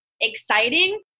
exciting